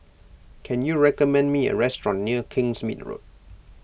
can you recommend me a restaurant near Kingsmead Road